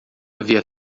havia